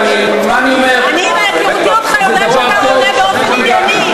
מהיכרותי אתך אני יודעת שאתה עונה באופן ענייני,